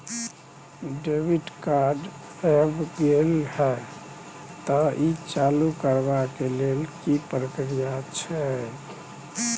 Debit card ऐब गेल हैं त ई चालू करबा के लेल की प्रक्रिया छै?